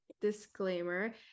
disclaimer